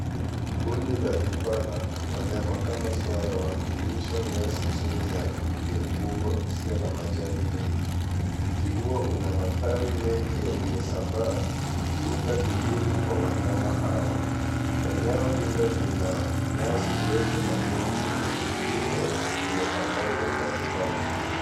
Kundi la Impala, wanyama kama swara wakilisha nyasi chini ya mti mkubwa usio na majani mengi. Mti huo una matawi mengi yaliyosambaa, ukiunda kivuli kwa wanyama hao. Eneo hilo lina nyasi ndefu na miti mingine iliyopambazwa mbali mbali.